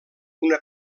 una